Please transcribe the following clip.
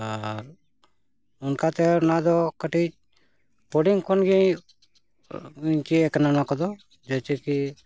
ᱟᱨ ᱚᱱᱠᱟᱛᱮ ᱚᱱᱟᱫᱚ ᱠᱟᱹᱴᱤᱡ ᱦᱩᱰᱤᱧ ᱠᱷᱚᱱᱜᱮ ᱪᱮᱫ ᱟᱠᱟᱱᱟ ᱱᱚᱣᱟ ᱠᱚᱫᱚ ᱡᱮᱭᱥᱮ ᱠᱤ